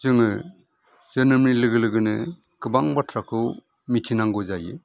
जोङो जोनोमनि लोगो लोगोनो गोबां बाथ्राखौ मिथिनांगौ जायो